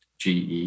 GE